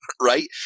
right